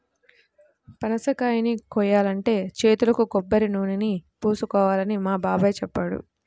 పనసకాయని కోయాలంటే చేతులకు కొబ్బరినూనెని పూసుకోవాలని మా బాబాయ్ చెప్పాడు